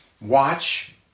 watch